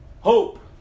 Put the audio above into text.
Hope